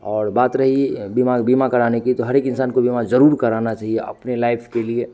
और बात रही बीमा बीमा कराने की तो हर एक इंसान को बीमा ज़रूर कराना चाहिए अपने लाइफ के लिए